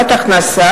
גברתי, בבקשה,